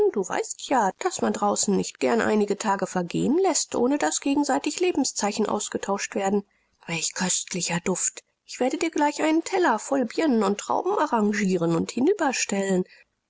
du weißt ja daß man draußen nicht gern einige tage vergehen läßt ohne daß gegenseitig lebenszeichen ausgetauscht werden welch köstlicher duft ich werde dir gleich einen teller voll birnen und trauben arrangieren und